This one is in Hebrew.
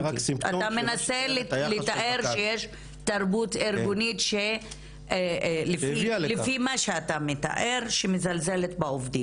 אתה מנסה לתאר שיש תרבות ארגונית שלפי מה שאתה מתאר שמזלזלת בעובדים.